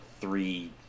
three